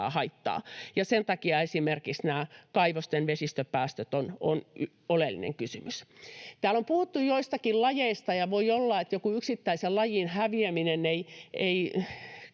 haittaa. Sen takia esimerkiksi nämä kaivosten vesistöpäästöt on oleellinen kysymys. Täällä on puhuttu joistakin lajeista, ja voi olla, että jonkin yksittäisen lajin häviäminen ei